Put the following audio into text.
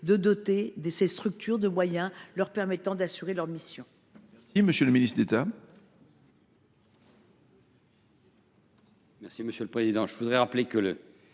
de doter ces structures de moyens leur permettant d’assurer leurs missions.